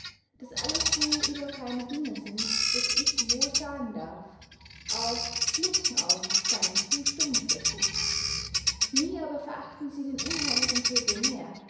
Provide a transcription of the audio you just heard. das alles so überfeine dinge sind daß ich wohl sagen darf auch luchsenaugen seyen zu stumpf dazu nie aber verachten sie den unheiligen pöbel mehr